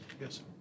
Yes